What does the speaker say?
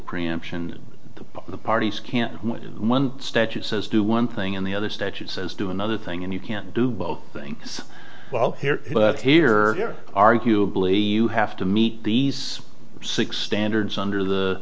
preemption the parties can't one statute says do one thing in the other statute says do another thing and you can't do both things well here but here arguably have to meet these six standards under the